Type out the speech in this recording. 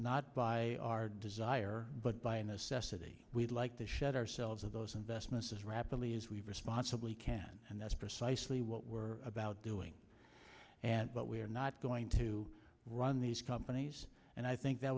not by our desire but by a necessity we'd like to shed ourselves of those investments as rapidly as we responsibly can and that's precisely what we're about doing but we are not going to run these companies and i think that